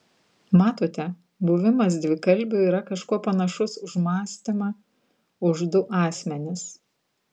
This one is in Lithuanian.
matote buvimas dvikalbiu yra kažkuo panašus už mąstymą už du asmenis